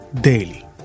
daily